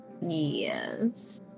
Yes